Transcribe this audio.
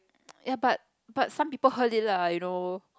ya but but some people heard it lah you know